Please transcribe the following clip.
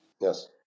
yes